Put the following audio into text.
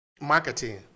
marketing